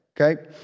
okay